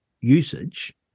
usage